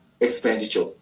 expenditure